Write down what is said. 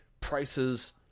prices